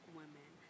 women